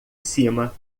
cima